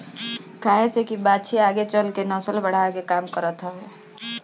काहे से की बाछी आगे चल के नसल बढ़ावे के काम करत हवे